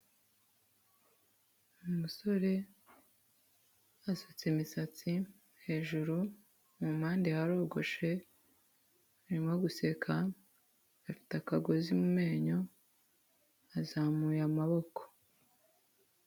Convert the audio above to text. Umusore wasutse imisatsi hejuru, mu mpande harogoshe, arimo guseka afite akagozi mu menyo azamuye amaboko.